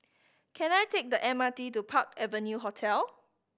can I take the M R T to Park Avenue Hotel